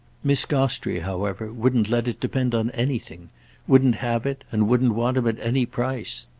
miss gostrey, however, wouldn't let it depend on anything wouldn't have it, and wouldn't want him, at any price.